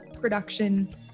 production